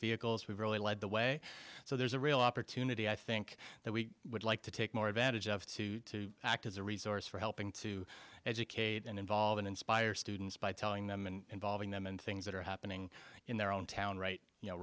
vehicles we've really led the way so there's a real opportunity i think that we would like to take more advantage of to act as a resource for helping to educate and involve and inspire students by telling them and involving them in things that are happening in their own town right you know